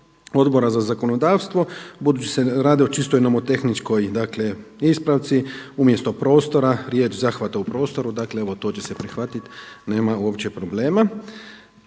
Odbora za zakonodavstvo budući se radi o čistoj nomotehničkoj, dakle ispravci. Umjesto prostora, zahvata u prostoru, dakle evo to će se prihvatiti, nema uopće problema.